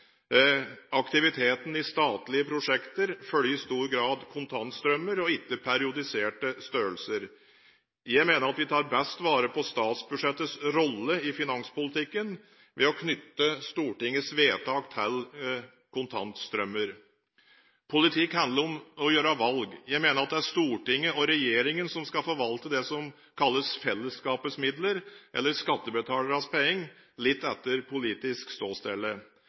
Aktiviteten i statlige prosjekter følger i stor grad kontantstrømmer og ikke periodiserte størrelser. Jeg mener at vi tar best vare på statsbudsjettets rolle i finanspolitikken ved å knytte Stortingets vedtak til kontantstrømmer. Politikk handler om å gjøre valg. Jeg mener at det er Stortinget og regjeringen som skal forvalte det som kalles fellesskapets midler, eller skattebetalernes penger, litt etter politisk